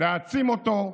להעצים אותו,